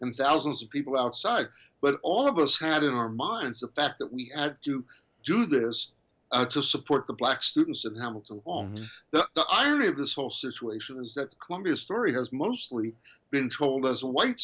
and thousands of people outside but all of us had in our minds the fact that we and to do this to support the black students of hamilton on irony of this whole situation is that when your story has mostly been told as a white